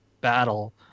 battle